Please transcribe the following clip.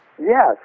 Yes